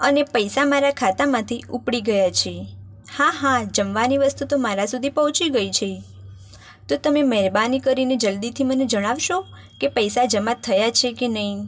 અને પૈસા મારા ખાતામાંથી ઉપડી ગયા છે હા હા જમવાની વસ્તુ તો મારા સુધી પહોંચી ગઈ છે તો તમે મહેરબાની કરીને જલદીથી મને જણાવશો કે પૈસા જમા થયા છે કે નહીં